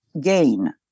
gain